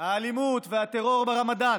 האלימות והטרור ברמדאן,